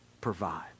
provide